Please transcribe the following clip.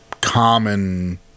common